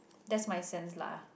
that's my sense lah